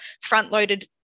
front-loaded